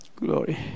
glory